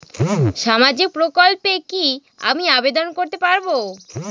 সামাজিক প্রকল্পে কি আমি আবেদন করতে পারবো?